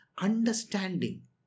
understanding